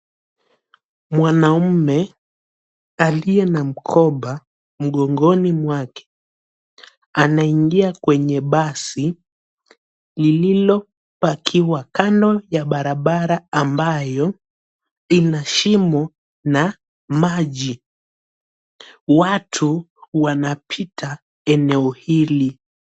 Mwanamume aliya na mkoba mgongoni mwake anaingia kwenye basi lililopakiwa kando ya barabara ambayo inashimo na maji. Watu wanapita eneo hili.